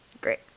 Great